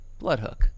Bloodhook